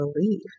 believe